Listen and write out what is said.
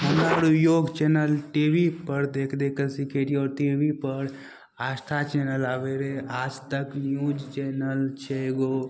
हमरा रऽ योग चैनल टी वी पर देखि देखिके सिखै रहिए आओर टी वी पर आस्था चैनल आबै रहै आजतक न्यूज चैनल छै एगो